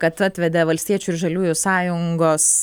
kad atvedė valstiečių ir žaliųjų sąjungos